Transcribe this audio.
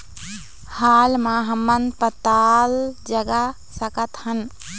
हाल मा हमन पताल जगा सकतहन?